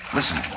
Listen